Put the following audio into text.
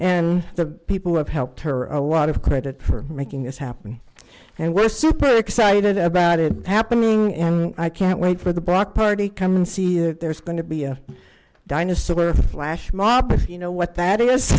and the people who have helped her a lot of credit for making this happen and we're super excited about it happening and i can't wait for the block party come and see you there's going to be a dinosaur flash mob if you know what that is